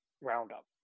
Roundup